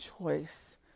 choice